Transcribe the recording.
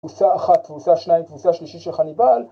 ‫קבוצה אחת, קבוצה שניים, ‫קבוצה שלישית של חניבעל.